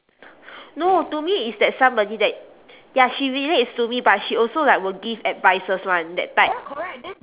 no to me is that somebody that ya she relates to me but she also like will give advices [one] that type